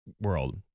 world